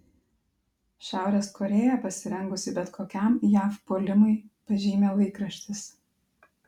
šiaurės korėja pasirengusi bet kokiam jav puolimui pažymi laikraštis